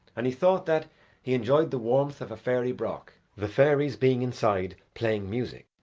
and he thought that he enjoyed the warmth of a fairy broch, the fairies being inside playing music.